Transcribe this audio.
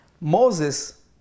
Moses